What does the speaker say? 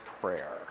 Prayer